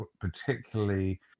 particularly